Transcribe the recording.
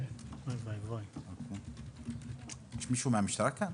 יש מישהו מהמשטרה כאן?